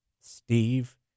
Steve